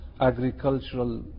agricultural